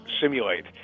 simulate